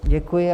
Děkuji.